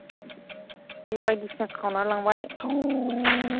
जि बायदिसिना खावनानै लांबाय